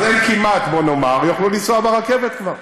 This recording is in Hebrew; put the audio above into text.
אז הם כמעט, בוא נאמר, יוכלו לנסוע ברכבת, כבר.